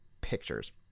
pictures